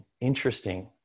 interesting